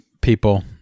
people